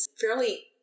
fairly